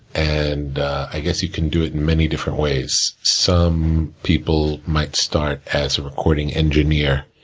and i guess you can do it in many different ways. some people might start as a recording engineer,